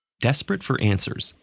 desperate for answers,